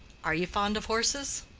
are you fond of horses?